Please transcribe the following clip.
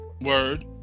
word